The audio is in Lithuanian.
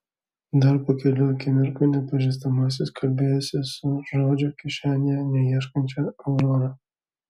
dar po kelių akimirkų nepažįstamasis kalbėjosi su žodžio kišenėje neieškančia aurora